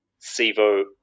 Sivo